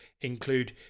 include